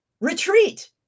retreat